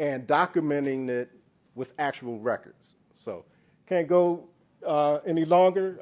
and documenting it with actual records. so can't go any longer.